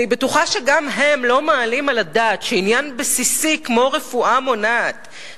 אני בטוחה שגם הם לא מעלים על הדעת שעניין בסיסי כמו רפואה מונעת,